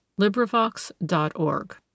LibriVox.org